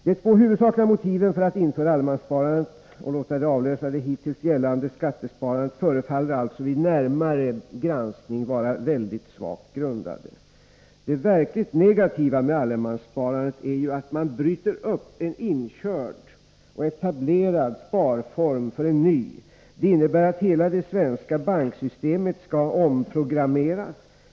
De två huvudsakliga motiven för att införa allemanssparandet och låta det avlösa det hittills gällande skattesparandet förefaller alltså vid närmare granskning vara mycket svagt grundade. Det verkligt negativa med allemanssparandet är ju att man bryter upp en inkörd och etablerad sparform för en ny. Det innebär att hela det svenska banksystemet skall omprogrammeras.